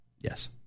yes